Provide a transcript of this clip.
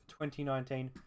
2019